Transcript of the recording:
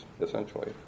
essentially